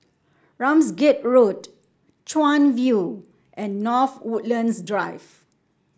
Ramsgate Road Chuan View and North Woodlands Drive